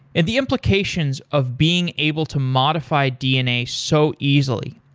and the implications of being able to modify dna so easily.